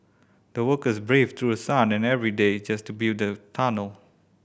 the workers braved through the sun and every day just to build the tunnel